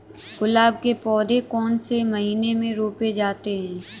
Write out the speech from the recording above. गुलाब के पौधे कौन से महीने में रोपे जाते हैं?